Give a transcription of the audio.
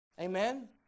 Amen